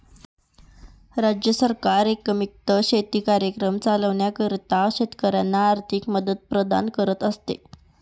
राज्य सरकार एकात्मिक शेती कार्यक्रम चालविण्याकरिता शेतकऱ्यांना आर्थिक मदत प्रदान करत असते